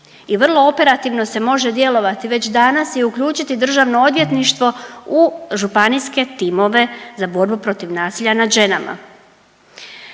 i vrlo operativno se može djelovati već danas i uključiti državno odvjetništvo u županijske timove za borbu protiv nasilja nad ženama.